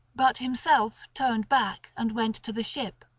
but himself turned back and went to the ship.